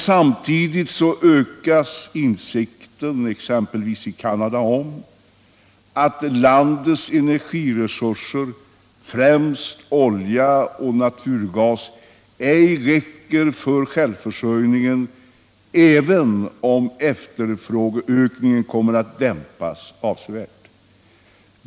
Samtidigt ökas insikten exempelvis i Canada om att landets energiresurser, främst olja och naturgas, ej räcker för självförsörjningen, även om efterfrågeökningen kommer att dämpas avsevärt.